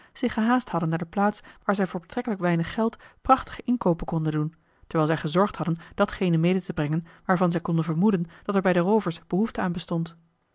zich gehaast hadden naar de plaats waar zij voor betrekkelijk weinig geld prachtige inkoopen konden doen terwijl zij gezorgd hadden datgene mede te brengen waarvan zij konden vermoeden dat er bij de roovers behoefte aan bestond